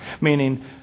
Meaning